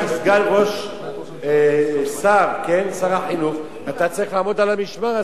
כסגן שר החינוך, אתה צריך לעמוד על המשמר.